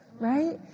right